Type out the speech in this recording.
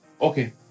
okay